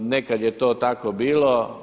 Nekada je to tako bilo.